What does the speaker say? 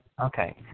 Okay